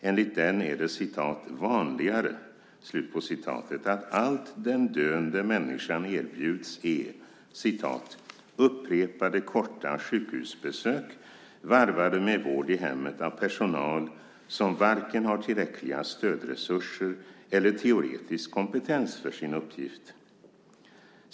Enligt den är det "vanligare" att allt den döende människan erbjuds är "upprepade, korta sjukhusbesök, varvade med vård i hemmet av personal, som varken har tillräckliga stödresurser eller teoretisk kompetens för sin uppgift."